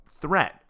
threat